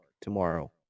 tomorrow